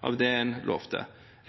av det en lovet.